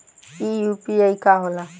ई यू.पी.आई का होला?